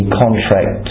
contract